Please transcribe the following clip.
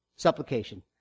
Supplication